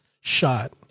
shot